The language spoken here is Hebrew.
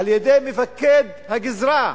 על-ידי מפקד הגזרה.